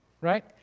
Right